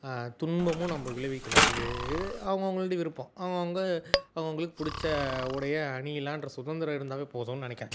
துன்பமும் நம்ம விளைவிக்கலை இது அவங்கவுங்களுடைய விருப்பம் அவங்கவுங்க அவங்கவுங்களுக்கு பிடிச்ச உடைய அணியலாம்ன்ற சுதந்திரம் இருந்தாலே போதும்னு நினைக்கிறேன்